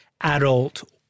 adult